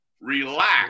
relax